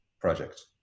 project